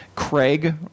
craig